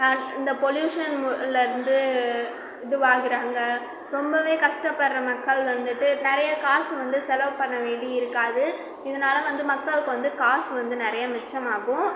இந்த பொல்யூஷன் மூலருந்து இதுவாகுறாங்க ரொம்பவே கஷ்டப்படுற மக்கள் வந்துவிட்டு நிறைய காசு வந்து செலவு பண்ண வேண்டி இருக்காது இதனால் வந்து மக்களுக்கு வந்து காசு வந்து நிறைய மிச்சமாகும்